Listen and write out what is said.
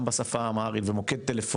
גם בשפה האמהרית וגם בטיגרית ומוקד טלפוני,